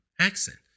accent